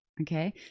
okay